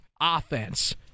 offense